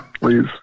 Please